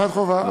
שפת חובה.